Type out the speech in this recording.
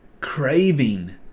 Craving